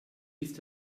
ist